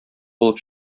булып